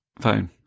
phone